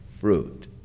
fruit